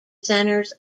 centers